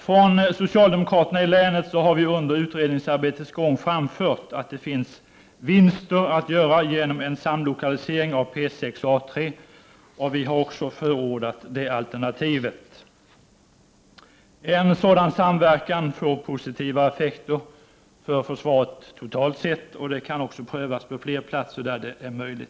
Från socialdemokraterna i länet har under utredningsarbetets gång framhållits att det finns vinster att göra genom en samlokalisering av P 6 och A 3, och vi har också förordat det alternativet. En sådan samverkan får positiva effekter för försvaret totalt sett, och det kan också prövas på fler platser där det är möjligt.